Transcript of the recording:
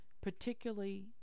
particularly